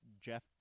Jeff